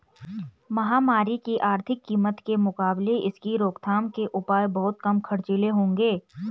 महामारी की आर्थिक कीमत के मुकाबले इसकी रोकथाम के उपाय बहुत कम खर्चीले होंगे